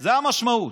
זאת המשמעות.